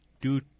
due